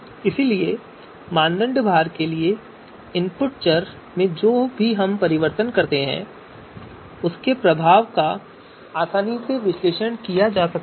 इसलिए मानदंड भार के लिए इनपुट चर में हम जो भी परिवर्तन करते हैं उसके प्रभाव का आसानी से विश्लेषण किया जा सकता है